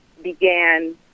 began